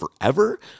forever